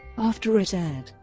after it aired,